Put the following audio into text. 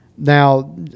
Now